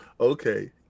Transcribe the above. Okay